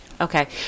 Okay